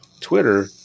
Twitter